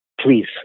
please